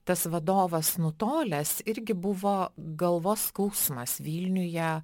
tas vadovas nutolęs irgi buvo galvos skausmas vilniuj ją